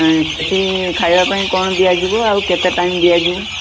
ସେଠି ଖାଇବା ପାଇଁ କ'ଣ ଦିଆଯିବ ଆଉ କେତେ ଟାଇମ୍ ଦିଆଯିବ